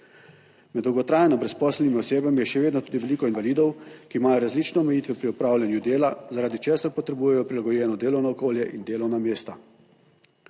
Med dolgotrajno brezposelnimi osebami je še vedno tudi veliko invalidov, ki imajo različne omejitve pri opravljanju dela, zaradi česar potrebujejo prilagojeno delovno okolje in delovna mesta.